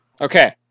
Okay